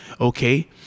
Okay